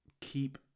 keep